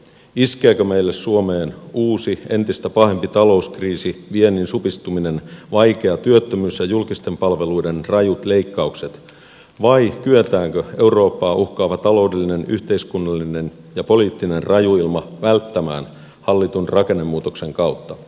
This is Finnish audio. iskeekö meille suomeen uusi entistä pahempi talouskriisi viennin supistuminen vaikea työttömyys ja julkisten palveluiden rajut leikkaukset vai kyetäänkö eurooppaa uhkaava taloudellinen yhteiskunnallinen ja poliittinen rajuilma välttämään hallitun rakennemuutoksen kautta